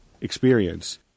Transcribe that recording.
experience